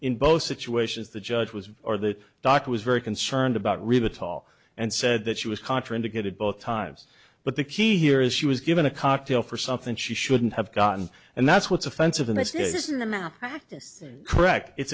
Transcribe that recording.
in both situations the judge was or the doctor was very concerned about reba tall and said that she was contraindicated both times but the key here is she was given a cocktail for something she shouldn't have gotten and that's what's offensive